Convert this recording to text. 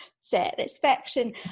satisfaction